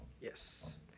Yes